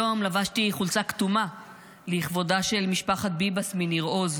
היום לבשתי חולצה כתומה לכבודה של משפחת ביבס מניר עוז,